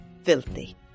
filthy